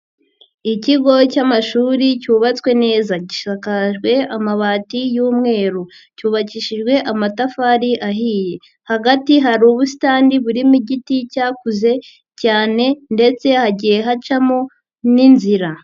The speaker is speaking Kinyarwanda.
Ikigo cy'amashuri cyubatswe neza, gishakajwe amabati y'umweru cyubakishijwe amatafari ahiye hagati hari ubusitani burimo igiti cyakuze cyane ndetse hagiye hacamo n'inzira.